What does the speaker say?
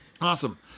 Awesome